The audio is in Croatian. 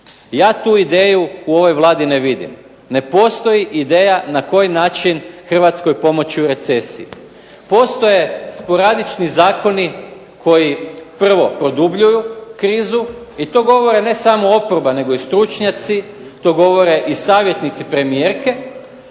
Ja tu ideju u ovoj Vladi ne vidim. Ne postoji ideja na koji način Hrvatskoj pomoći u recesiji. Postoje sporadični zakoni koji prvo, produbljuju krizu i to govore ne samo oporba nego i stručnjaci. To govore i savjetnici premijerke.